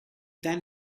then